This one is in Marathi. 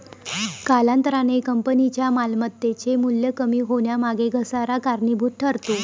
कालांतराने कंपनीच्या मालमत्तेचे मूल्य कमी होण्यामागे घसारा कारणीभूत ठरतो